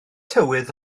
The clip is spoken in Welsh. tywydd